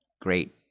great